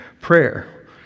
prayer